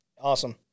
Awesome